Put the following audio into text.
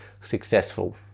successful